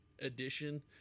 edition